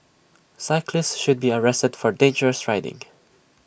cyclist should be arrested for dangerous riding